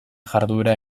jarduera